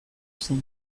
zen